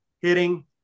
hitting